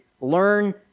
learn